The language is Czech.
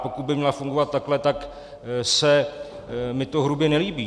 Pokud by měla fungovat takhle, tak se mi to hrubě nelíbí.